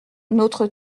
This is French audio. notre